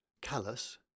callous